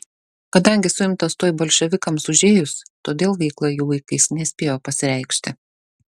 kadangi suimtas tuoj bolševikams užėjus todėl veikla jų laikais nespėjo pasireikšti